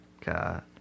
God